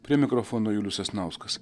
prie mikrofono julius sasnauskas